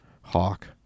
hawk